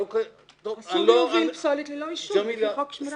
פשוט מביאים פסולת ללא אישור לפי חוק שמירת הניקיון.